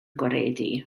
gwaredu